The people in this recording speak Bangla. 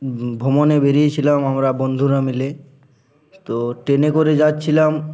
ভ্রমণে বেরিয়েছিলাম আমরা বন্ধুরা মিলে তো ট্রেনে করে যাচ্ছিলাম